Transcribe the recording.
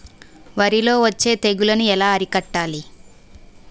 వరిలో వచ్చే తెగులని ఏలా అరికట్టాలి?